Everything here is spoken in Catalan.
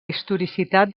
historicitat